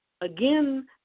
again